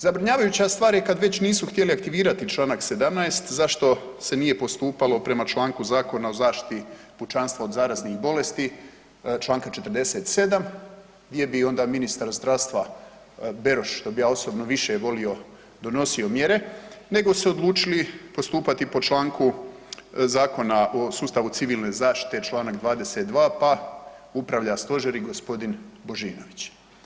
Zabrinjavajuća stvar je kad već nisu htjeli aktivirati Članak 17. zašto se nije postupalo prema članku Zakona o zaštiti pučanstva od zaraznih bolesti, Članka 47. gdje bi onda ministar zdravstva Beroš što bi ja osobno više volio donosio mjere, nego su odlučili postupati po članku Zakona o sustavu civilne zaštite, Članak 22. pa upravlja stožer i gospodin Božinović.